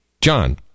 John